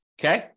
Okay